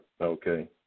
okay